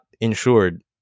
insured